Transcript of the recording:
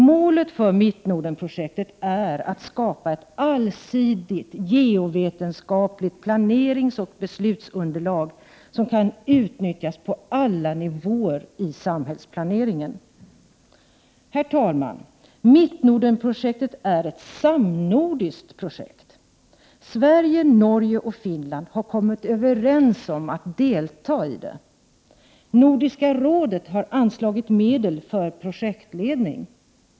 Målet för Mittnordenprojektet är att skapa ett allsidigt geovetenskapligt planeringsoch beslutsunderlag, som kan utnyttjas på alla nivåer i samhällsplaneringen. Herr talman! Mittnordenprojektet är ett samnordiskt projekt. Sverige, Norge och Finland har kommit överens om att delta i det. Nordiska rådet har anslagit medel för projektledning.